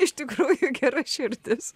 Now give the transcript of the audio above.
iš tikrųjų geraširdis